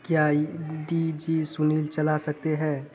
क्या D J Sunil चला सकते हैं